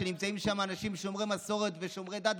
מי שנמצאים שם הם אנשים שומרי מסורת ושומרי דת,